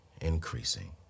increasing